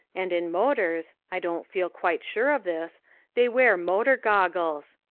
and in motors i don't feel quite sure of this they wear motor goggles.